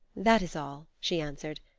that is all, she answered.